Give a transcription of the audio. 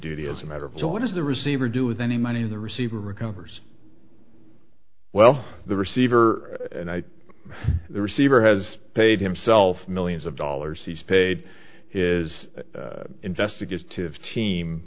duty as a matter of to what is the receiver do with any money in the receiver recovers well the receiver and i the receiver has paid himself millions of dollars he's paid his investigative team